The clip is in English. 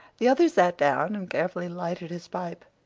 the other sat down and carefully lighted his pipe.